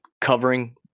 covering